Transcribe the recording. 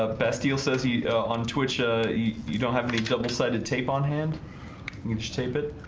ah best deal says he on twitch you don't have any double-sided tape on hand you just tape it